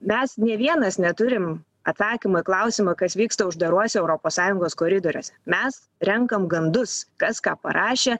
mes nė vienas neturim atsakymo į klausimą kas vyksta uždaruose europos sąjungos koridoriuose mes renkam gandus kas ką parašė